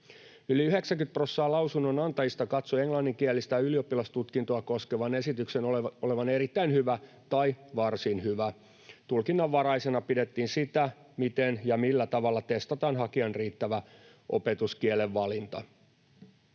Yli 90 prossaa lausunnonantajista katsoi englanninkielistä ylioppilastutkintoa koskevan esityksen olevan erittäin hyvä tai varsin hyvä. Tulkinnanvaraisena pidettiin sitä, miten ja millä tavalla testataan hakijan riittävä opetuskielen valinta.